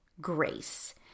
grace